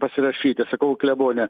pasirašyti sakau klebone